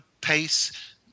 pace